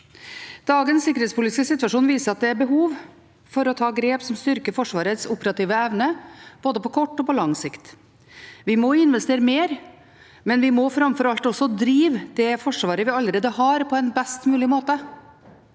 Dagens sikkerhetspolitiske situasjon viser at det er behov for å ta grep som styrker Forsvarets operative evne, både på kort og på lang sikt. Vi må investere mer, men vi må framfor alt også drive det Forsvaret vi allerede har, på en best mulig måte,